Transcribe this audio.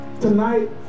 tonight